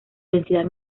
densidad